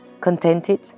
contented